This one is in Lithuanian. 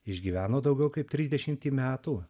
išgyveno daugiau kaip trisdešimtį metų